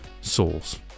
souls